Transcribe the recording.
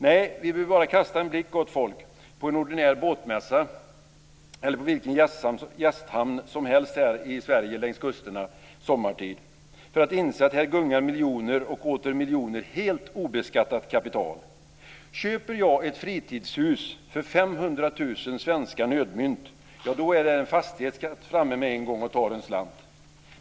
Nej, vi behöver bara kasta en blick på en ordinär båtmässa eller på vilken gästhamn som helst längs Sveriges kuster sommartid för att inse att här gungar miljoner och åter miljoner helt obeskattat kapital. Köper jag ett fritidshus för 500 000 svenska nödmynt - ja, då är där en fastighetsskatt framme med en gång och tar en slant.